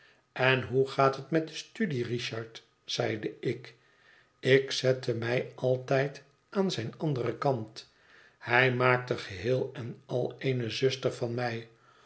en hoe gaat het met de studie richard zeide ik ik zette mij altijd aan zijn anderen kant hij maakte geheel en al eene zuster van mij